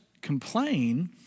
complain